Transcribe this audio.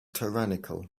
tyrannical